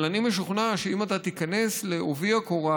אבל אני משוכנע שאם אתה תיכנס בעובי הקורה,